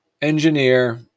Engineer